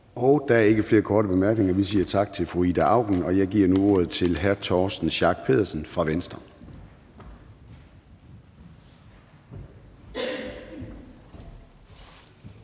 Der er ikke flere korte bemærkninger. Vi siger tak til fru Ida Auken, og jeg giver nu ordet til hr. Torsten Schack Pedersen fra Venstre.